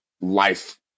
life